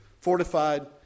fortified